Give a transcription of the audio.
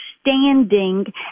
standing